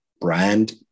brand